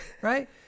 Right